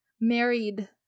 married